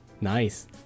nice